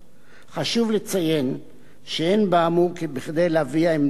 חשוב לציין שאין באמור כדי להביע עמדה לגופו